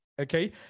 Okay